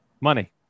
money